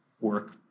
work